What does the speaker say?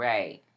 Right